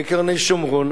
בקרני-שומרון,